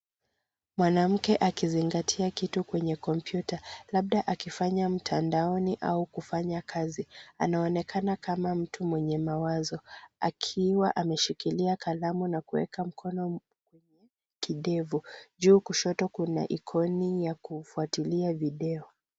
Mwanamke akizingatia kitu kwenye kompyuta labda akifanya mtandaoni au kufanya kazi. Anaonekana kana mtu mwenye mawazo akiwa ameshikilia kalamu na kuweka mkono kwenye kidevu. Juu kushoto kuna ikoni ya kufuatilia video.